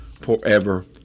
forever